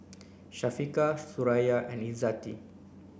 Syafiqah Suraya and Izzati